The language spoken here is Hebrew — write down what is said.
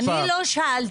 אני לא שאלתי.